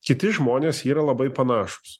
kiti žmonės yra labai panašūs